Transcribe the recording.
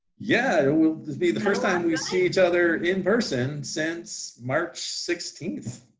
yeah, it will be the first time we see each other in person since march sixteenth.